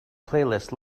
playlist